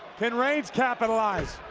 can reigns capitalize?